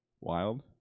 wild